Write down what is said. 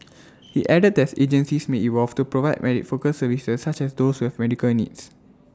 he added that's agencies may evolve to provide my focused services such as those who have medical needs